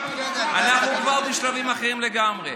אנחנו כבר בשלבים אחרים לגמרי.